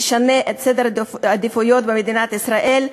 נשנה את סדר העדיפויות במדינת ישראל,